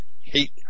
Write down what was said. hate